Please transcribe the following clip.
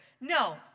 No